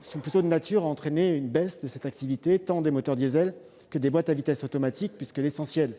sont plutôt de nature à entraîner une baisse de cette activité, tant des moteurs diesel que des boîtes manuelles, puisque l'essentiel